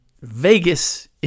Vegas